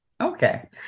okay